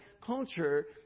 culture